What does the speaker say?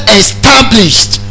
established